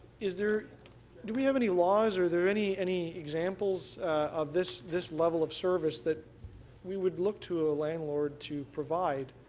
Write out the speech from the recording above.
is there do we have any laws? are there any any examples of this this level of service that we would look to a landlord to provide?